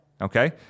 Okay